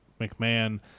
McMahon